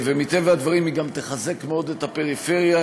ומטבע הדברים היא גם תחזק מאוד את הפריפריה,